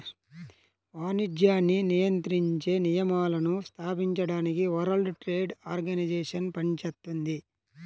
వాణిజ్యాన్ని నియంత్రించే నియమాలను స్థాపించడానికి వరల్డ్ ట్రేడ్ ఆర్గనైజేషన్ పనిచేత్తుంది